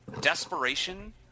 desperation